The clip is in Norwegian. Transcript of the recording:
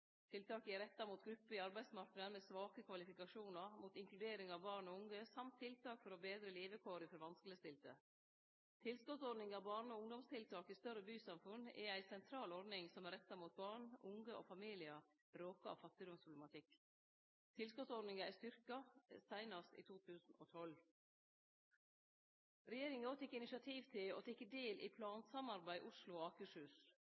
er retta mot grupper i arbeidsmarknaden med svake kvalifikasjonar, mot inkludering av barn og unge og tiltak for å betre levekåra for vanskelegstilte. Tilskotsordninga Barne- og ungdomstiltak i større bysamfunn er ei sentral ordning som er retta mot barn, unge og familiar som er råka av fattigdomsproblematikk. Tilskotsordninga er styrkt, seinast i 2012. Regjeringa har òg teke initiativ til og del i plansamarbeidet mellom Oslo og